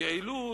יעילות,